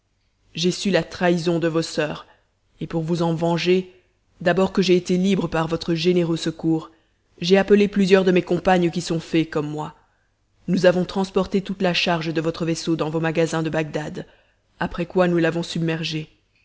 j'ai su la trahison de vos soeurs et pour vous en venger d'abord que j'ai été libre par votre généreux secours j'ai appelé plusieurs de mes compagnes qui sont fées comme moi nous avons transporté toute la charge de votre vaisseau dans vos magasins de bagdad après quoi nous l'avons submergé